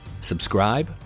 Subscribe